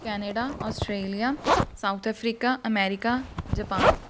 Canada Australia South Africa America Japan